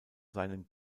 seinem